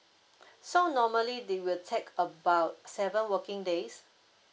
so normally they will take about seven working days